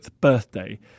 birthday